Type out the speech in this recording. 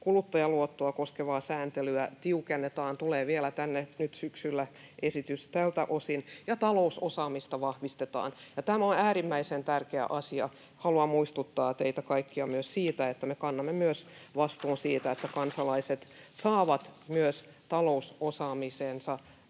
Kuluttajaluottoja koskevaa sääntelyä tiukennetaan, mistä tulee vielä nyt syksyllä tänne esitys tältä osin, ja talousosaamista vahvistetaan, ja tämä on äärimmäisen tärkeä asia. Haluan muistuttaa teitä kaikkia myös siitä, että me kannamme vastuun myös siitä, että kansalaiset saavat myös talousosaamisensa taitojen